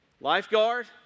Lifeguard